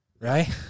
Right